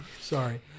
sorry